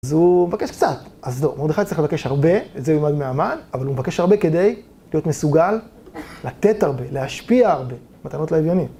אז הוא מבקש קצת, אז זהו, מרדכי צריך לבקש הרבה, וזה יומד מהמן, אבל הוא מבקש הרבה כדי להיות מסוגל לתת הרבה, להשפיע הרבה מתנות לאביונים.